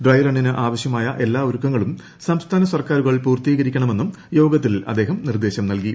dry റണ്ണിന് ആവശ്യമായ എല്ലാ ഒരുക്കങ്ങളും സംസ്ഥാന സർക്കാരുകൾ പൂർത്തീകരിക്കണമെന്നും യോഗത്തിൽ അദ്ദേഹം നിർദ്ദേശം നൽകി